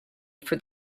for